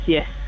Yes